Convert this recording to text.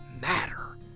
matter